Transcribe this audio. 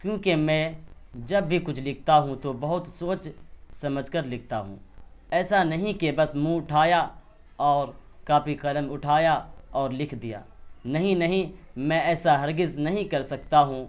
کیونکہ میں جب بھی کچھ لکھتا ہوں تو بہت سوچ سمجھ کر لکھتا ہوں ایسا نہیں کہ بس منہ اٹھایا اور کاپی قلم اٹھایا اور لکھ دیا ںہیں نہیں میں ایسا ہرگز نہیں کر سکتا ہوں